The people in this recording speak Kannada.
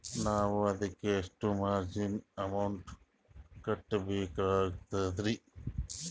ನಾವು ಅದಕ್ಕ ಎಷ್ಟ ಮಾರ್ಜಿನ ಅಮೌಂಟ್ ಕಟ್ಟಬಕಾಗ್ತದ್ರಿ?